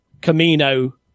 Camino